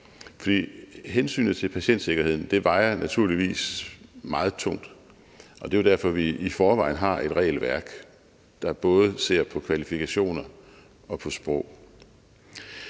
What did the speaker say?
Hensynet til patientsikkerheden vejer naturligvis meget tungt, og det er jo derfor, vi i forvejen har et regelværk, der både ser på kvalifikationer og på sprog.